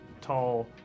tall